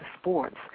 sports